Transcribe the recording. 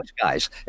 guys